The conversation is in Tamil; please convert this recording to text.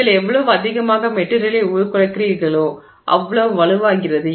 நீங்கள் எவ்வளவு அதிகமாக மெட்டிரியலை உருக்குலைக்கிறீர்களோ அவ்வளவு வலுவாகிறது